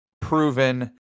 proven